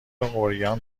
عریان